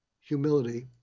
humility